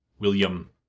William